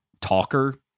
talker